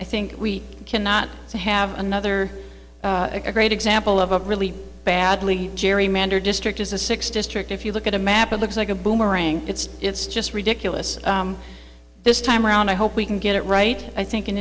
i think we cannot have another a great example of a really badly gerrymandered district is a six district if you look at a map and looks like a boomerang it's it's just ridiculous this time around i hope we can get it right i think an